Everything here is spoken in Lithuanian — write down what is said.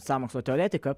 sąmokslo teoretiką